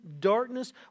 darkness